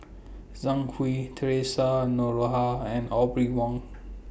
Zhang Hui Theresa Noronha and Audrey Wong